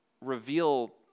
reveal